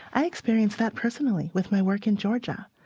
i experienced that personally with my work in georgia.